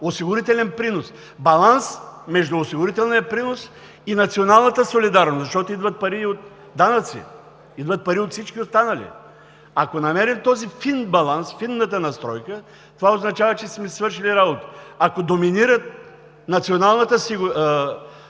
осигурителен принос, баланс между осигурителния принос и националната солидарност, защото идват пари и от данъците, идват пари от всички останали. Ако намерим този фин баланс, фината настройка, това означава, че сме си свършили работата. Ако доминират националната